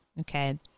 okay